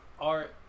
art